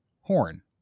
horn